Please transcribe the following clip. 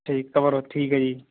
ਠੀਕ ਕਵਰ ਠੀਕ ਹੈ ਜੀ